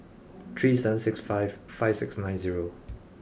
three seven six five five six nine zero